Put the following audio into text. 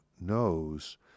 knows